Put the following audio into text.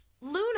Luna